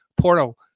portal